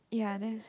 ya then